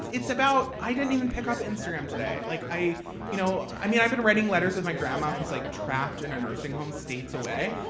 it's about i didn't even pick up instagram today. like i you know i mean, i've been writing letters with my grandma, who's like trapped in a nursing home states away,